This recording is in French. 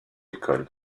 écoles